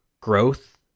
growth